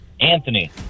Anthony